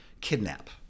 kidnap